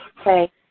Okay